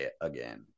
again